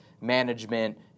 management